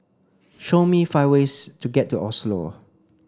show me five ways to get to Oslo